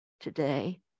today